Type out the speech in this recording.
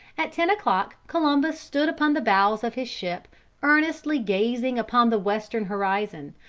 at ten o'clock columbus stood upon the bows of his ship earnestly gazing upon the western horizon,